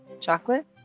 Chocolate